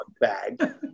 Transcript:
bag